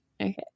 Okay